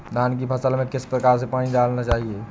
धान की फसल में किस प्रकार से पानी डालना चाहिए?